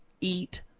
Eat